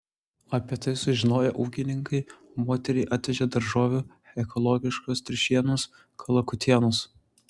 apie tai sužinoję ūkininkai moteriai atvežė daržovių ekologiškos triušienos kalakutienos